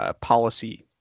policy